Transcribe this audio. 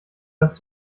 dass